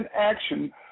action